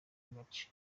gace